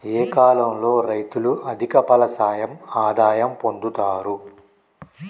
ఏ కాలం లో రైతులు అధిక ఫలసాయం ఆదాయం పొందుతరు?